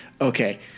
Okay